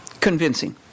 Convincing